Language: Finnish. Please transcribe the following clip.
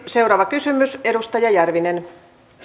seuraava kysymys edustaja järvinen